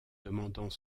demandant